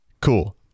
Cool